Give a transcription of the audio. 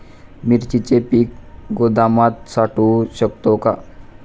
मिरचीचे पीक गोदामात साठवू शकतो का?